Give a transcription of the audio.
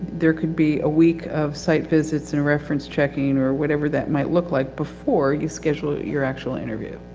there could be a week of site visits and reference checking, or whatever that might look like before you schedule your actual interview.